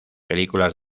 películas